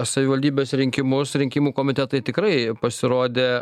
savivaldybės rinkimus rinkimų komitetai tikrai pasirodė